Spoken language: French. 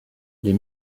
les